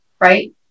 right